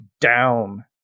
down